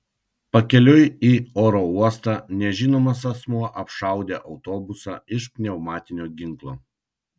pakeliui į oro uostą nežinomas asmuo apšaudė autobusą iš pneumatinio ginklo